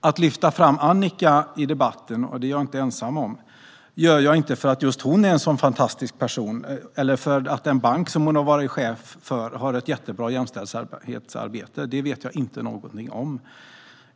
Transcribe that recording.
Att jag lyfter fram Annika i debatten, vilket jag inte är ensam om att göra, är inte för att just hon är en så fantastisk person eller för att den bank hon har varit chef för har ett jättebra jämställdhetsarbete. Det vet jag inte någonting om.